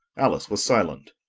alice was silent.